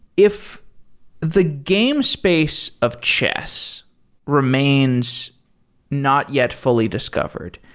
if the game space of chess remains not yet fully discovered,